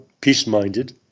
peace-minded